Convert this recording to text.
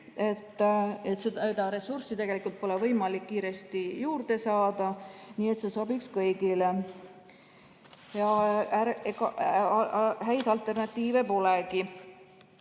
aga seda ressurssi tegelikult pole võimalik kiiresti juurde saada, nii et see sobiks kõigile, ja häid alternatiive polegi.